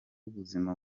ubuzima